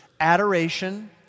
adoration